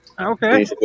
Okay